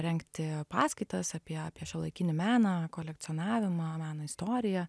rengti paskaitas apie apie šiuolaikinį meną kolekcionavimą meno istoriją